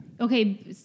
Okay